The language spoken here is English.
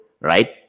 right